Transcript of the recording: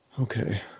okay